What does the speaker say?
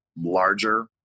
larger